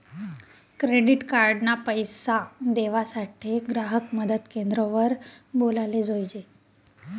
credit card ना पैसा देवासाठे ग्राहक मदत क्रेंद्र वर बोलाले जोयजे